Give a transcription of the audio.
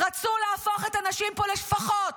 רצו להפוך את הנשים פה לשפחות,